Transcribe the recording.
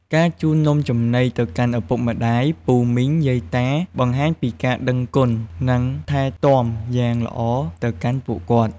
ការជូននំចំណីទៅកាន់ឪពុកម្ដាយ ពូមីង យាយតា បង្ហាញពីការដឹងគុណ និងថែទាំយ៉ាងល្អទៅកាន់ពួកគាត់។